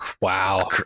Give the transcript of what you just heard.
wow